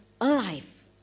alive